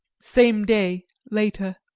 same day, later.